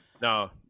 No